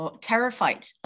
terrified